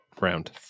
round